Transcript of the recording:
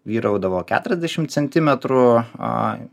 vyraudavo keturiasdešimt centimetrų